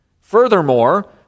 Furthermore